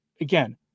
Again